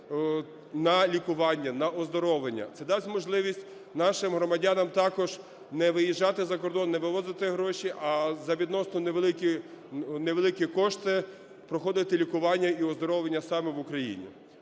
на лікування, на оздоровлення, це дасть можливість нашим громадянам також не виїжджати за кордон, не вивозити гроші, а за відносно невеликі кошти проходити лікування і оздоровлення саме в Україні.